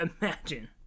imagine